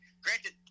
Granted